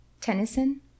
Tennyson